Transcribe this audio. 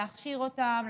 להכשיר אותם,